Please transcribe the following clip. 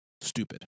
stupid